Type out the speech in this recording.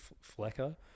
Flecker